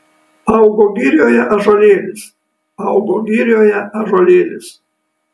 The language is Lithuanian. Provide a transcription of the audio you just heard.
augo girioje ąžuolėlis augo girioje ąžuolėlis